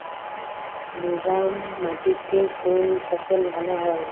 মুরাম মাটিতে কোন ফসল ভালো হয়?